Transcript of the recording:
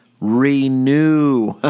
renew